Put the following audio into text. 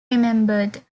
remembered